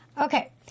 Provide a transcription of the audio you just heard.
Okay